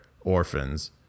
orphans